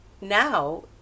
now